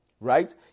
right